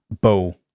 bow